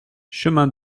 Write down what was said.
chemin